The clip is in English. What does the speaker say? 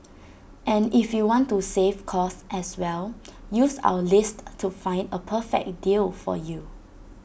and if you want to save cost as well use our list to find A perfect deal for you